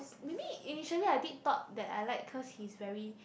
maybe initially I did thought that I like cause he's very